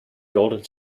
golden